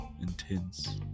intense